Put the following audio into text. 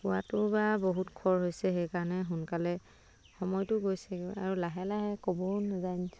কোৱাটো বা বহুত খৰ হৈছে সেইকাৰণে সোনকালে সময়টো গৈছেগৈ আৰু লাহে লাহে ক'বও নাজানিছো